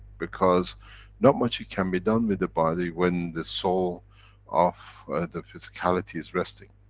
because not much it can be done with the body, when the soul of the physicality is resting.